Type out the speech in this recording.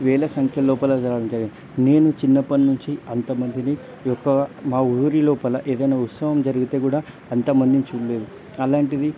వేల సంఖ్యలోపలకు నేను చిన్నప్పటి నుంచి అంతమందిని ఎక్కువ మందిని మా ఊరి లోపల ఏదన్నా ఉత్సవం జరిగితే కూడా అంతమందిని చూడలేదు అలాంటిది